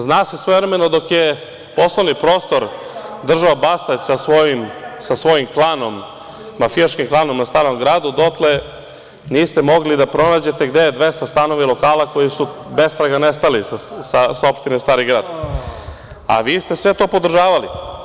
Zna se svojevremeno dok je poslovni prostor držao Bastać sa svojim klanom mafijaškim na Starom Gradu, dotle niste mogli da pronađete gde je 200 stanova i lokala koji su bestraga nestali sa opštine Stari Grad, a vi ste sve to podržavali.